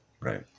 Right